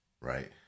right